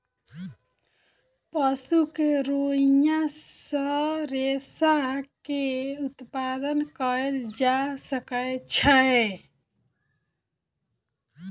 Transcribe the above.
पशु के रोईँयाँ सॅ रेशा के उत्पादन कयल जा सकै छै